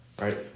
right